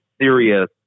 serious